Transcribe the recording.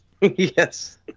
Yes